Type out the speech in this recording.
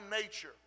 nature